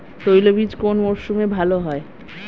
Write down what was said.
তৈলবীজ কোন মরশুমে ভাল হয়?